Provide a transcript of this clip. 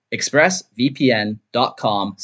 Expressvpn.com